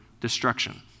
destruction